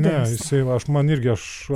ne jisai va aš man irgi aš